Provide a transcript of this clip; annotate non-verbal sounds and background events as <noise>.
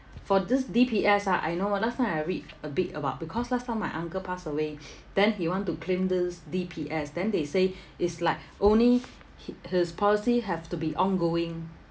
for this D_P_S ah I know [one] last time I read a bit about because last time my uncle passed away <breath> then he want to claim this D_P_S then they say it's like only h~ his policy have to be ongoing